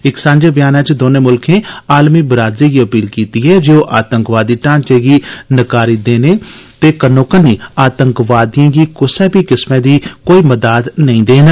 इक सांझे ब्याना च दौनें मुल्खें आलमी बिरादारी गी अपील कीती ऐ जे ओह आतंकवादी ढांचे गी नकारी देने दे कन्नो कन्नी आतंकवादिएं गी क्सा बी किस्मै दी कोई मदाद नेईं देन